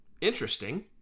Interesting